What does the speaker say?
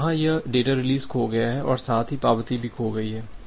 तो यहां यह डेटा रिलीज़ खो गया है और साथ ही पावती भी खो गई है